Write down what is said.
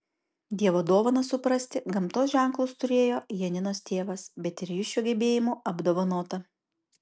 dievo dovaną suprasti gamtos ženklus turėjo janinos tėvas bet ir ji šiuo gebėjimu apdovanota